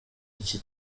iki